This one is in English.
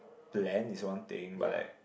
plan is one thing but like